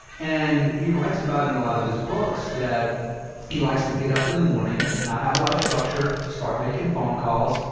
and he writes about it in a lot of his books, that he likes to get up in the morning, not have a lot of structure, start making phone calls,